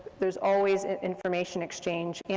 there's always information exchange. and